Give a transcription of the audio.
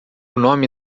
nome